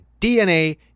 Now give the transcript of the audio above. DNA